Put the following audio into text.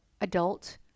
adult